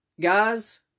guys